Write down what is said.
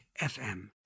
FM